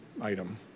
item